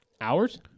Hours